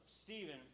Stephen